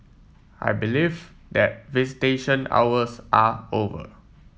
I believe that visitation hours are over